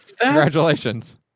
Congratulations